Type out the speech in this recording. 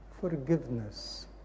Forgiveness